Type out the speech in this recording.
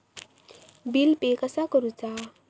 Bill pay कसा करुचा?